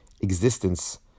existence